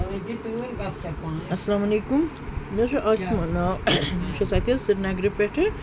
اَسلامُ علیکُم مےٚ حظ چھُ عاسمہ ناو بہٕ چھَس اَتہِ حظ سرینَگرٕ پٮ۪ٹھٕ